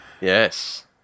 Yes